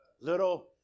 little